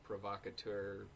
provocateur